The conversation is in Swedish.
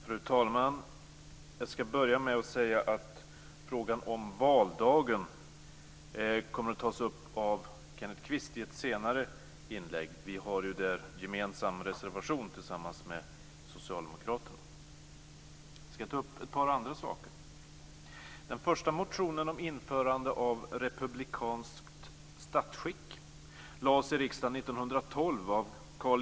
Fru talman! Jag ska börja med att säga att frågan om valdagen kommer att tas upp av Kenneth Kvist i ett senare inlägg. Vi har där en gemensam reservation tillsammans med Socialdemokraterna. Jag ska ta upp ett par andra saker.